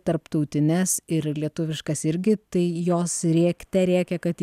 tarptautines ir lietuviškas irgi tai jos rėkte rėkia kad